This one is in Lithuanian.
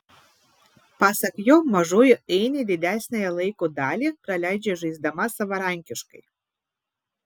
pasak jo mažoji ainė didesniąją laiko dalį praleidžia žaisdama savarankiškai